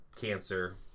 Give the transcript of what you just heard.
cancer